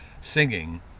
singing